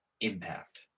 impact